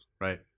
Right